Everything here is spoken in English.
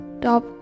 Top